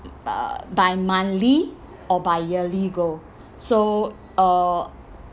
uh by monthly or by yearly goal so uh